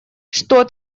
что